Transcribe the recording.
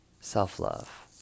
Self-love